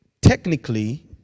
technically